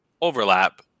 overlap